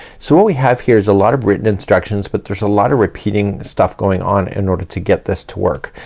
so what we have here is a lot of written instructions but there's a lot of repeating stuff going on in order to get this to work.